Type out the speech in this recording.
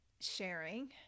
sharing